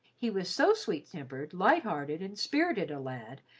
he was so sweet-tempered, light-hearted, and spirited a lad,